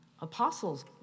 apostles